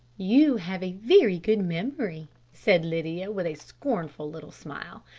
you have a very good memory, said lydia, with a scornful little smile.